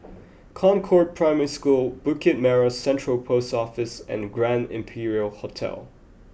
Concord Primary School Bukit Merah Central Post Office and Grand Imperial Hotel